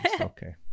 Okay